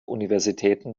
universitäten